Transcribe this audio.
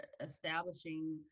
establishing